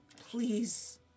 Please